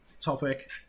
topic